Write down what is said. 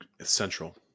central